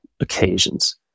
occasions